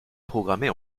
programmer